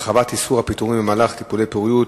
(הרחבת איסור הפיטורים במהלך טיפולי פוריות),